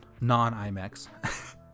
non-imax